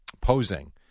posing